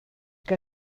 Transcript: que